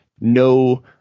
no